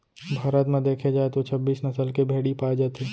भारत म देखे जाए तो छब्बीस नसल के भेड़ी पाए जाथे